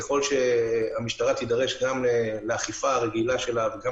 ככל שהמשטרה תידרש גם לאכיפה הרגילה שלה וגם